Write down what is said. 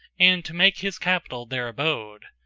and to make his capital their abode.